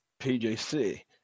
pjc